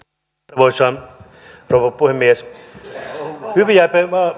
arvoisa rouva puhemies hyviä